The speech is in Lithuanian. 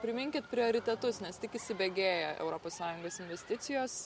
priminkit prioritetus nes tik įsibėgėja europos sąjungos investicijos